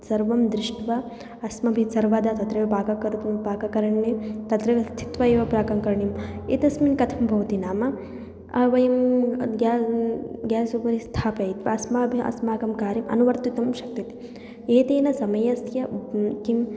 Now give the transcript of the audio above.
सर्वं दृष्ट्वा अस्माभिः सर्वदा तत्रैव पाकं कर्तुं पाककरणे तत्रैव स्थित्वा एव प्राकं करणीयम् एतस्मिन् कथं भवति नाम वयं ग्या ग्यास् उपरि स्थापयित्वा अस्माभिः अस्माकं कार्यम् अनुवर्तितुं शक्यते एतेन समयस्य किं